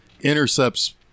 intercepts